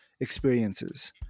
experiences